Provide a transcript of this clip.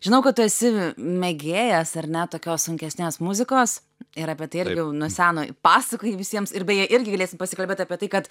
žinau kad tu esi mėgėjas ar ne tokios sunkesnės muzikos ir apie tai ir jau nuo seno pasakoji visiems ir beje irgi galėsim pasikalbėt apie tai kad